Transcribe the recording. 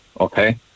okay